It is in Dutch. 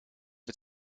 het